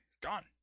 gone